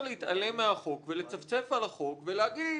להתעלם מהחוק ולצפצף על החוק ולהגיד,